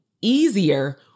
easier